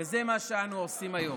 וזה מה שאנחנו עושים היום.